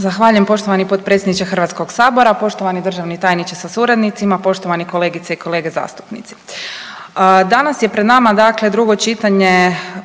Zahvaljujem. Poštovani potpredsjedniče HS-a, poštovani državni tajniče sa suradnicima, poštovani kolegice i kolege zastupnici. Danas je pred nama dakle drugo čitanje